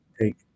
take